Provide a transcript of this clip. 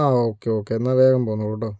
ആ okay okay എന്നാ വേഗം പോന്നോളുട്ടോ